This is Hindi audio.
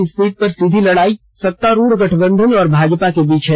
इस सीट पर सीधी लड़ाई सतारूढ़ गठबंधन और भाजपा के बीच है